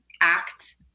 act